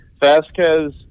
Vasquez